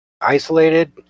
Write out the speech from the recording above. isolated